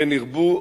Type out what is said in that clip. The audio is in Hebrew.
כן ירבו,